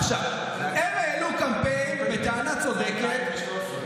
עכשיו, הם העלו קמפיין בטענה צודקת, איזה קמפיין?